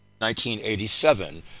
1987